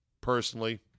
personally